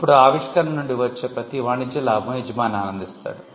ఇప్పుడు ఆవిష్కరణ నుండి వచ్చే ప్రతి వాణిజ్య లాభం యజమాని ఆనందిస్తాడు